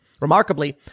Remarkably